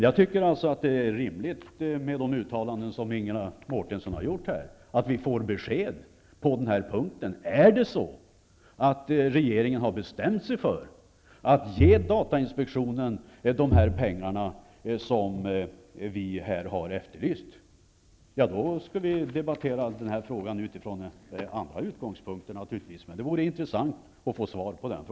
Jag tycker alltså att det är rimligt, med de uttalanden som Ingela Mårtensson har gjort, att vi får besked: Har regeringen bestämt sig för att ge datainspektionen de pengar som vi har efterlyst? Då skulle vi debattera den här frågan utifrån andra utgångspunkter, naturligtvis. Det vore intressant att få svar.